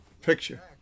picture